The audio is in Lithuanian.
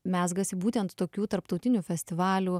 mezgasi būtent tokių tarptautinių festivalių